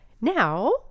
now